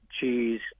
cheese